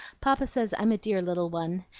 papa says i'm a dear little one.